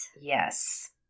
Yes